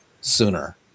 sooner